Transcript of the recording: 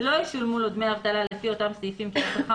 לא ישולמו לו דמי אבטלה לפי אותם סעיפים כנוסחם